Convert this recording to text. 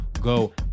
go